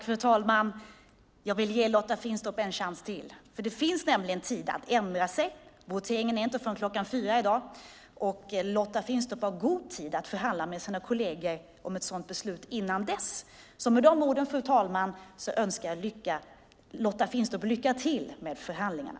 Fru talman! Jag vill ge Lotta Finstorp en chans till. Det finns tid att ändra sig. Voteringen är inte förrän klockan fyra i dag. Lotta Finstorp har god tid att förhandla med sina kolleger om ett sådant beslut till dess. Med de orden, fru talman, önskar jag Lotta Finstorp lycka till med förhandlingarna.